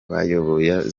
bayoboye